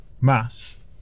mass